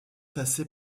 passé